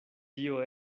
tio